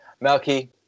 Melky